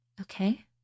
okay